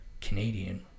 canadian